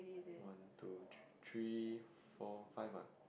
one two three three four five ah